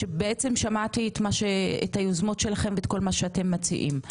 שבעצם שמעתי את היוזמות שלכם ואת כל מה שאתם מציעים.